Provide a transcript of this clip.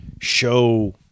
show